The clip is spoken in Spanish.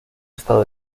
estado